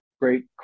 great